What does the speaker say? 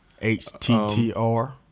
HTTR